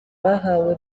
bahawe